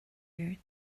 you